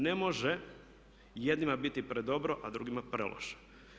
Ne može jednima biti predobro a drugima preloše.